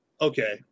Okay